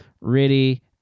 ready